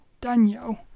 Daniel